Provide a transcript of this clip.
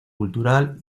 cultural